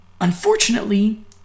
unfortunately